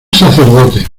sacerdote